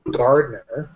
gardener